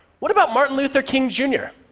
what about martin luther king, jr?